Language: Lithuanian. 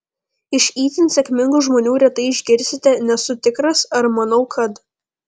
iš itin sėkmingų žmonių retai išgirsite nesu tikras ar manau kad